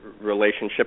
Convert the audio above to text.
Relationship